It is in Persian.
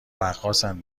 رقاصن